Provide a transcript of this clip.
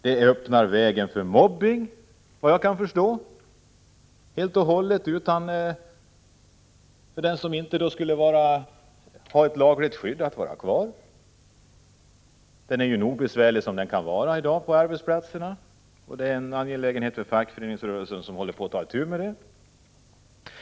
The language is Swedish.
Det öppnar väg för mobbning, vad jag kan förstå, av den som inte skulle ha ett lagligt skydd att vara kvar. Mobbning är nog besvärlig som den kan vara i dag på arbetsplatserna, och detta är en angelägenhet för fackföreningsrörelsen, som håller på att ta itu med den.